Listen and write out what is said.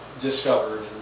discovered